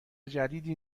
جدی